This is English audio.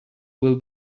will